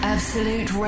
Absolute